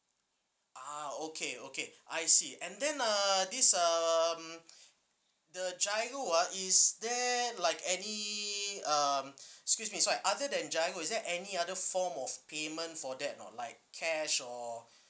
ah okay okay I see and then uh this um the GIRO ah is there like any um excuse me sorry other than GIRO is there any other form of payment for that or not like cash or